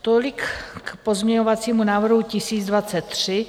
Tolik k pozměňovacímu návrhu 1023.